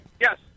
Yes